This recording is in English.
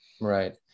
Right